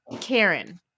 Karen